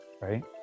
right